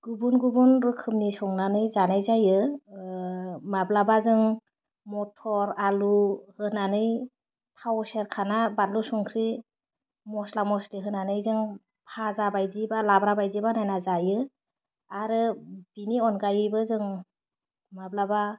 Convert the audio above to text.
गुबुन गुबुन रोखोमनि संनानै जानाय जायो माब्लाबा जों मटर आलु होनानै थाव सेरखाना बानलु संख्रि मस्ला मस्लि होनानै जों फाजा बायदि बा लाब्रा बायदि बानायना जायो आरो बिनि अनगायैबो जों माब्लाबा